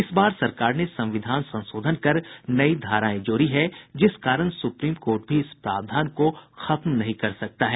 इस बार सरकार ने संविधान संशोधन कर नई धाराएं जोड़ी है जिस कारण सुप्रीम कोर्ट भी इस प्रावधान को खत्म नहीं कर सकता है